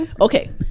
Okay